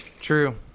True